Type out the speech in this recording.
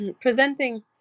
presenting